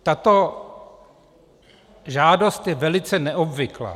Tato žádost je velice neobvyklá.